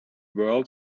world